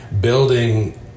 building